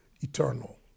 eternal